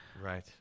Right